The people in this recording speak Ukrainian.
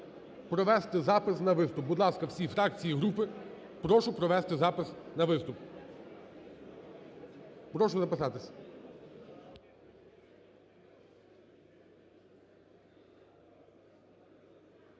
груп провести запис на виступ. Будь ласка, всі фракції, групи, прошу провести запис на виступ. Прошу записатись.